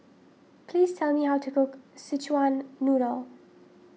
please tell me how to cook Szechuan Noodle